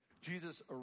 Jesus